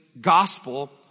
gospel